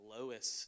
Lois